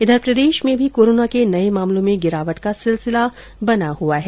इधर प्रदेश में भी कोरोना के नए मामलों में गिरावट का सिलसिला बना हुआ है